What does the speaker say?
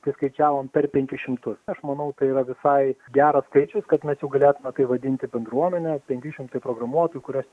priskaičiavom per penkis šimtus aš manau tai yra visai geras skaičius kad mes jau galėtume tai vadinti bendruomene penki šimtai programuotojų kurios